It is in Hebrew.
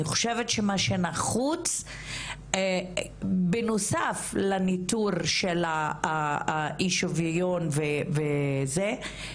אני חושבת שמה שנחוץ בנוסף לניטור של האי שוויון וזה,